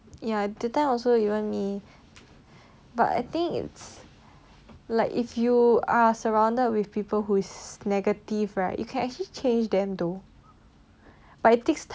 ya that time also even me but I think it's like if you are surrounded with people who is negative right you can actually change them though but it takes time but you can change